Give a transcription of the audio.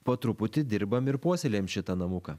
po truputį dirbam ir puoselėjam šitą namuką